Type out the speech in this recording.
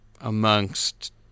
amongst